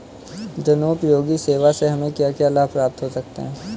जनोपयोगी सेवा से हमें क्या क्या लाभ प्राप्त हो सकते हैं?